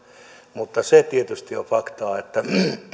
mutta se tietysti on faktaa että